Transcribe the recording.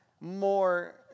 more